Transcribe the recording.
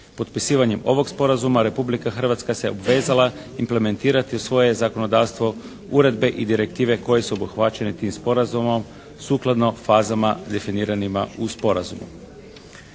Potpisivanjem ovog sporazuma Republika Hrvatska se obvezala implementirati u svoje zakonodavstvo uredbe i direktive koje su obuhvaćene tim sporazumom sukladno fazama definiranima u sporazumu.